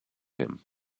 him